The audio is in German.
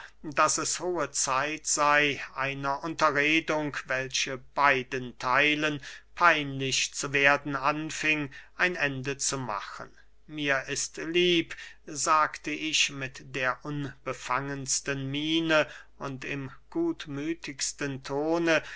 daß es hohe zeit sey einer unterredung welche beiden theilen peinlich zu werden anfing ein ende zu machen mir ist lieb sagte ich mit der unbefangensten miene und im gutmüthigsten tone